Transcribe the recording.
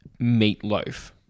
Meatloaf